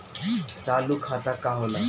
चालू खाता का होला?